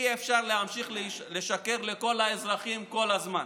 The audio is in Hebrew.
אי-אפשר להמשיך לשקר לכל האזרחים כל הזמן.